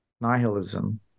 nihilism